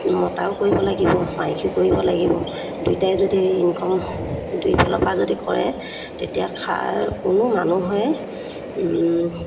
মতায়ো কৰিব লাগিব মাইকীয়েও কৰিব লাগিব দুয়োটাই যদি ইনকম দুই ফালৰপৰা যদি কৰে তেতিয়া খাৰ কোনো মানুহৰে